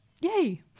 Yay